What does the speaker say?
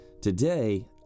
today